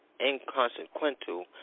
inconsequential